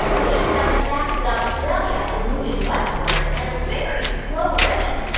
based on the fact that australia is moving westward at a very slow rate,